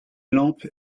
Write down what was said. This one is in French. lampe